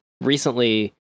Recently